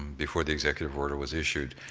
um before the executive order was issued,